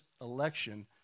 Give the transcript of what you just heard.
election